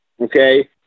okay